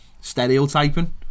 stereotyping